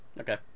Okay